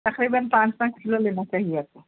تقریباً پانچ پانچ کلو لینا پڑیں گے آپ کو